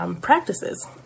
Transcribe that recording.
practices